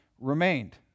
remained